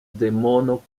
demono